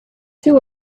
two